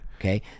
okay